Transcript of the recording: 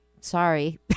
sorry